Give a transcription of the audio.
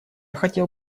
хотел